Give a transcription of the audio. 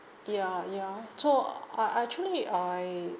ya ya so I I actually I